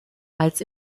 als